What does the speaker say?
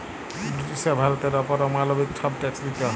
ব্রিটিশরা ভারতের অপর অমালবিক ছব ট্যাক্স দিত